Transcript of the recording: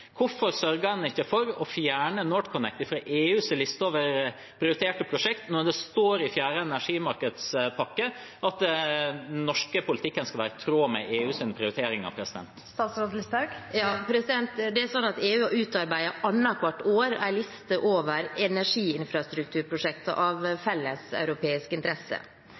Hvorfor sørget en ikke for å fjerne NorthConnect fra EUs liste over prioriterte prosjekter når det står i fjerde energimarkedspakke at den norske politikken skal være i tråd med EUs prioriteringer? Det er sånn at EU utarbeider annethvert år en liste over energiinfrastrukturprosjekter av felles europeisk interesse.